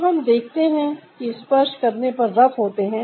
जो हम देखते है कि स्पर्श करने पर रफ होते हैं